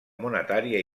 monetària